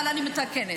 אבל אני מתקנת.